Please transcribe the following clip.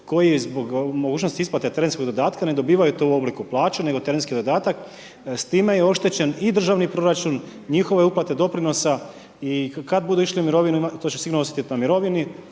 koji zbog mogućnosti isplate terenskog dodatka ne dobivaju to u obliku plaće, nego terenski dodatak. S time je oštećen i državni proračun i njihove uplate doprinosa i kad budu išli u mirovinu, to će sigurno osjetiti na mirovini,